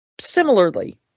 Similarly